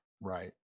Right